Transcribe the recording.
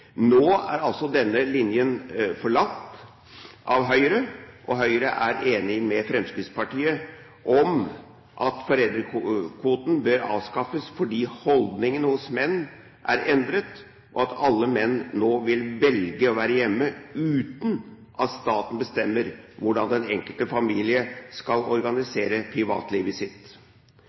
Nå er altså denne linjen forlatt av Høyre, og Høyre er enig med Fremskrittspartiet i at fedrekvoten bør avskaffes fordi holdningene hos menn er endret, og alle menn vil nå velge å være hjemme, uten at staten bestemmer hvordan den enkelte familie skal organisere privatlivet sitt.